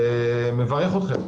אני מברך אתכם.